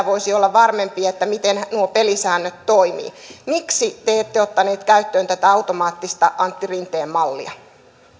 voisi olla varmempi siitä miten nuo pelisäännöt toimivat miksi te ette ottaneet käyttöön tätä automaattista antti rinteen mallia